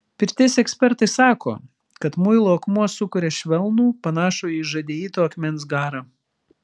pirties ekspertai sako kad muilo akmuo sukuria švelnų panašų į žadeito akmens garą